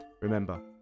Remember